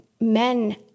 men